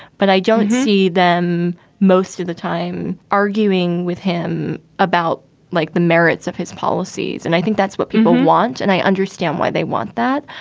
but i don't see them most of the time arguing with him about like the merits of his policies. and i think that's what people want. and i understand why they want that.